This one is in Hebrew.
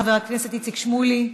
חבר הכנסת איציק שמולי,